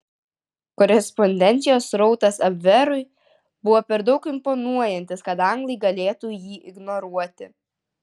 korespondencijos srautas abverui buvo per daug imponuojantis kad anglai galėtų jį ignoruoti